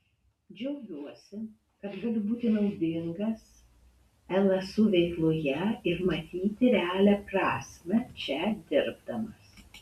džiaugiuosi kad galiu būti naudingas lsu veikloje ir matyti realią prasmę čia dirbdamas